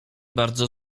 bardzo